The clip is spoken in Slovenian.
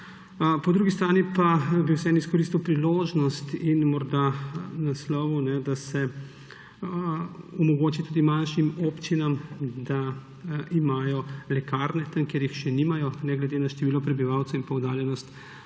Po drugi strani pa bi vseeno izkoristil priložnost in morda naslovil, da se omogoči tudi manjšim občinam, da imajo lekarne tam, kjer jih še nimajo, ne glede na število prebivalcev in oddaljenost od